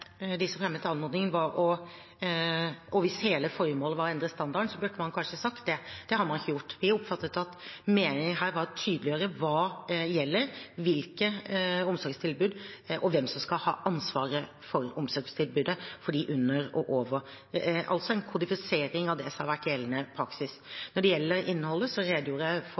var å endre standarden, burde man kanskje sagt det. Det har man ikke gjort. Vi oppfattet at meningen her var å tydeliggjøre hva som gjelder, hvilke omsorgstilbud, og hvem som skal ha ansvaret for omsorgstilbudet for dem under og over 15 år, altså en kodifisering av det som har vært gjeldende praksis. Når det gjelder innholdet, redegjorde jeg for